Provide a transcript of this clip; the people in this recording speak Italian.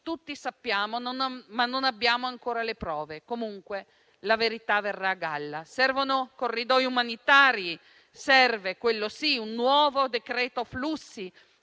tutti sappiamo, ma non abbiamo ancora le prove. Comunque la verità verrà a galla. Servono corridoi umanitari; serve, quello sì, un nuovo decreto flussi